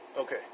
Okay